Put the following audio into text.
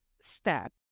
step